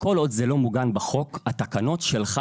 כל עוד זה לא מעוגן בחוק, והתקנות הן שלך